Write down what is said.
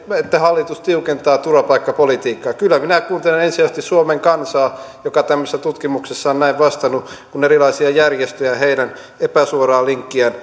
hallitus tiukentaa turvapaikkapolitiikkaa kyllä minä kuuntelen ensisijaisesti suomen kansaa joka tämmöisessä tutkimuksessa on näin vastannut kuin erilaisia järjestöjä ja ja heidän epäsuoraa linkkiään